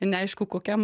neaišku kokiam